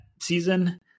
season